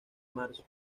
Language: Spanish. marzo